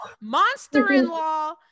Monster-in-law